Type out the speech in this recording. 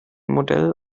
modell